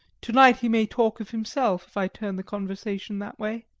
to-night he may talk of himself, if i turn the conversation that way.